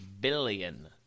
billion